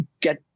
get